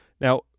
Now